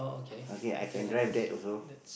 okay I can drive that also